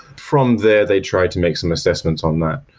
from there, they try to make some assessments on that.